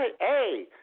Hey